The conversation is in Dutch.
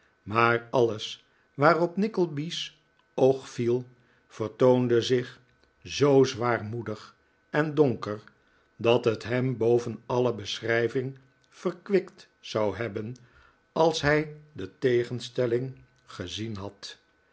maar alles waarop nickleby's oog viel vertoonde zich zoo zwaarmoedig en donker dat het hem boven alle beschrijving verkwikt zou hebben als hij de tegenstelling gezien had